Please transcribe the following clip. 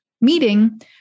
meeting